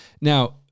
Now